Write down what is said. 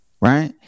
right